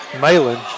Malin